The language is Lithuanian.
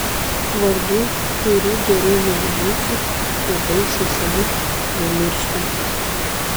vardų kiurių geriau neminėti jie baisiai seni nemirštantys